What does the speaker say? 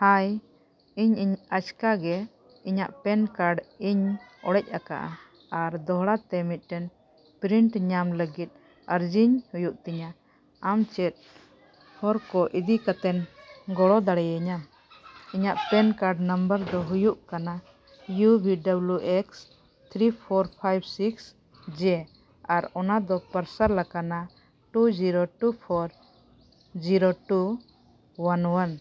ᱟᱭ ᱤᱧᱤᱧ ᱟᱪᱠᱟᱜᱮ ᱤᱧᱟᱹᱜ ᱯᱮᱱ ᱠᱟᱨᱰᱤᱧ ᱚᱲᱮᱡ ᱟᱠᱟᱜᱼᱟ ᱟᱨ ᱫᱚᱦᱲᱟᱛᱮ ᱢᱤᱫᱴᱟᱹᱱ ᱯᱨᱤᱱᱴ ᱧᱟᱢ ᱞᱟᱹᱜᱤᱫ ᱟᱹᱨᱡᱤᱧ ᱦᱩᱭᱩᱜ ᱛᱤᱧᱟ ᱟᱢ ᱪᱮᱫ ᱦᱚᱨ ᱠᱚ ᱤᱫᱤ ᱠᱟᱛᱮᱫ ᱜᱚᱲᱚ ᱫᱟᱲᱮᱭᱟᱹᱧᱟ ᱤᱧᱟᱹᱜ ᱯᱮᱱ ᱠᱟᱨᱰ ᱱᱚᱢᱵᱚᱨ ᱫᱚ ᱦᱩᱭᱩᱜ ᱠᱟᱱᱟ U B double X three four five six J ᱟᱨ ᱚᱱᱟ ᱫᱚ ᱯᱟᱨᱥᱮᱞ ᱟᱠᱟᱱᱟ two zero two four zero two one one